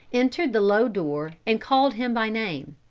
entered the low door and called him by name.